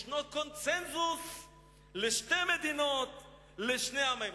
שיש קונסנזוס על שתי מדינות לשני עמים.